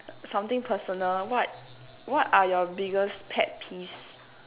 something personal what what are your biggest pet peeves